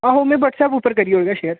आहो में वह्टसैप उप्पर करी उड़गा शेयर